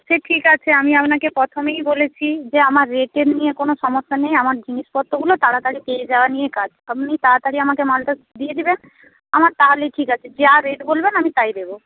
সে ঠিক আছে আমি আপনাকে প্রথমেই বলেছি যে আমার রেটের নিয়ে কোনো সমস্যা নেই আমার জিনিসপত্রগুলো তাড়াতাড়ি পেয়ে যাওয়া নিয়ে কাজ আপনি তাড়াতাড়ি আমাকে মালটা দিয়ে দেবেন আমার তাহলেই ঠিক আছে যা রেট বলবেন আমি তাই দেবো